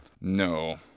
no